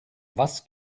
was